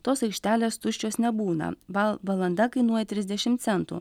tos aikštelės tuščios nebūna val valanda kainuoja trisdešim centų